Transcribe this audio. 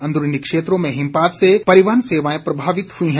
अंदरूनी क्षेत्रों में हिमपात से परिवहन सेवाएं प्रभावित हुई हैं